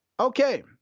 Okay